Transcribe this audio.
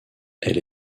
elle